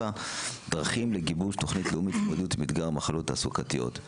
7. דרכים לגיבוש תוכנית לאומית להתמודדות עם אתגר מחלות תעסוקתיות.